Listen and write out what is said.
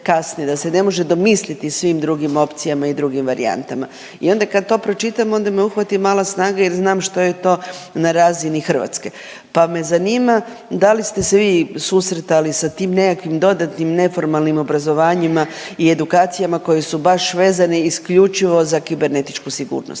da se ne može domisliti svim drugim opcijama i drugim varijantama i onda kad to pročitam onda me uhvati mala snaga jer znam što je to na razini Hrvatske. Pa me zanima da li ste se vi susretali sa tim nekakvim dodatnim neformalnim obrazovanjima i edukacijama koje su baš vezane isključivo za kibernetičku sigurnost?